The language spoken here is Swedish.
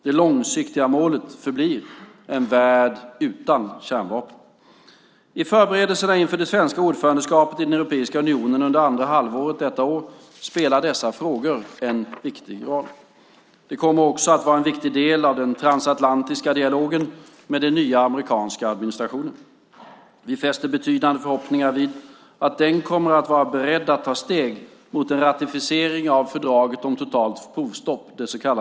Det långsiktiga målet förblir en värld utan kärnvapen. I förberedelserna inför det svenska ordförandeskapet i Europeiska unionen under det andra halvåret detta år spelar dessa frågor en viktig roll. De kommer också att vara en viktig del av den transatlantiska dialogen med den nya amerikanska administrationen. Vi fäster betydande förhoppningar vid att den kommer att vara beredd att ta steg mot en ratificering av fördraget om totalt provstopp .